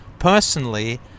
Personally